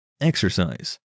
Exercise